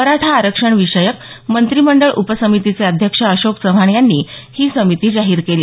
मराठा आरक्षण विषयक मंत्रिमंडळ उपसमितीचे अध्यक्ष अशोक चव्हाण यांनी ही समिती जाहीर केली